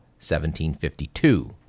1752